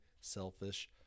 selfish